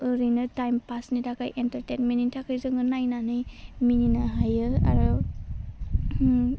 ओरैनो टाइम पासनि थाखाय एन्टारटेनमिननि थाखाय जोङो नायनानै मिनिनो हायो आरो